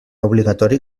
obligatori